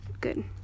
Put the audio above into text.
Good